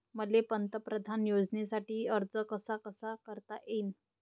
मले पंतप्रधान योजनेसाठी अर्ज कसा कसा करता येईन?